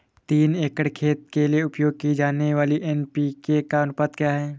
तीन एकड़ खेत के लिए उपयोग की जाने वाली एन.पी.के का अनुपात क्या है?